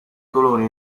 colori